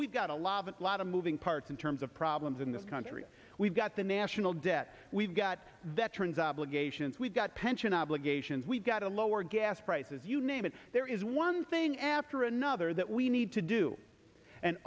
we've got a lot of a lot of moving parts in terms of problems in this country we've got the national debt we've got veterans obligations we've got pension obligations we've got to lower gas prices you name it there is one thing after another that we need to do and